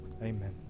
Amen